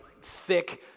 thick